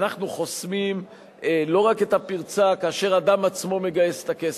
אנחנו חוסמים לא רק את הפרצה כאשר אדם עצמו מגייס את הכסף.